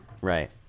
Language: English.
Right